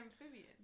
amphibian